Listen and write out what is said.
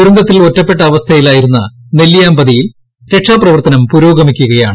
ദുരന്തത്തിൽ ഒറ്റപ്പെട്ട അവസ്ഥയിലായിരുന്ന നെല്ലിയാമ്പതിയിൽ രക്ഷാപ്രവർത്തനം പുരോഗമിക്കുകയാണ്